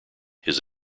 his